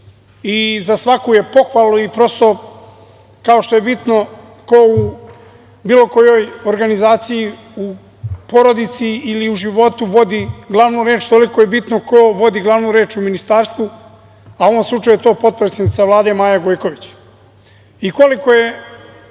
svaku je pohvalu, kao što je bitno u bilo kojoj organizaciji, u porodici ili u životu ko vodi glavnu reč toliko je bitno ko vodi glavnu reč u Ministarstvu, a u ovom slučaju je to potpredsednica Vlade Maja Gojković. Koliko je